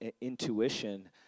intuition